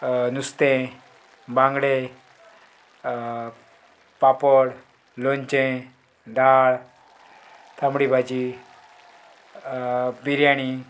नुस्तें बांगडे पापड लोणचें दाळ तांबडी भाजी बिरयाणी